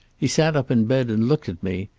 he sat up in bed and looked at me,